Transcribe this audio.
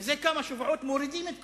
מזה כמה שבועות מורידים את כולם.